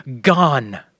gone